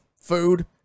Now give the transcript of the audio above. food